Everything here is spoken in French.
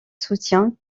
soutiens